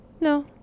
No